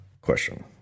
Question